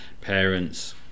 parents